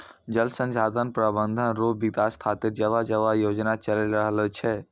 जल संसाधन प्रबंधन रो विकास खातीर जगह जगह योजना चलि रहलो छै